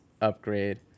upgrade